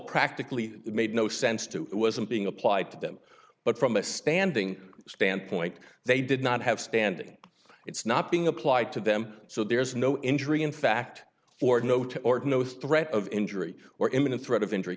practically made no sense to it wasn't being applied to them but from a standing stand point they did not have standing it's not being applied to them so there is no injury in fact or no to or no threat of injury or imminent threat of injury